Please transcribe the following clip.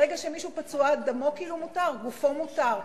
ברגע שמישהו פצוע, דמו כאילו מותר, גופו מותר.